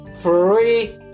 free